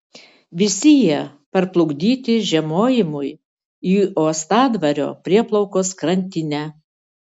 visi jie parplukdyti žiemojimui į uostadvario prieplaukos krantinę